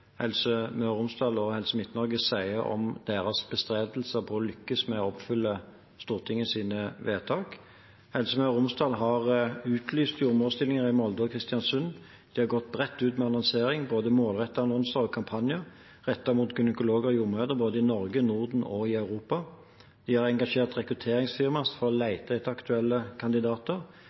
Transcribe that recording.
Helse Møre og Romsdal og Helse Midt-Norge sier om sine bestrebelser på å lykkes med å oppfylle Stortingets vedtak. Helse Møre og Romsdal har utlyst jordmorstillinger i Molde og Kristiansund. De har gått bredt ut med annonsering, både målrettede annonser og kampanjer, rettet mot gynekologer og jordmødre i både Norge, Norden og Europa. De har engasjert rekrutteringsfirma for å lete etter aktuelle kandidater.